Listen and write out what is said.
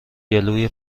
گلوی